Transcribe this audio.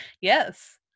Yes